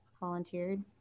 volunteered